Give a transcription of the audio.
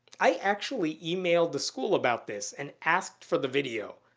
i actually emailed the school about this and asked for the video.